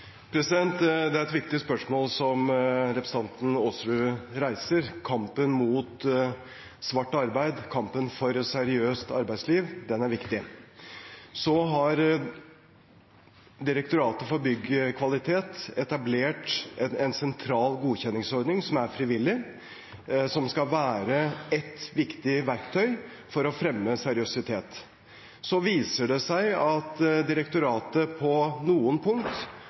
Det er et viktig spørsmål representanten Aasrud reiser. Kampen mot svart arbeid, kampen for et seriøst arbeidsliv, er viktig. Direktoratet for byggkvalitet har etablert en sentral godkjenningsordning, som er frivillig, og som skal være et viktig verktøy for å fremme seriøsitet. Så viser det seg at direktoratet på noen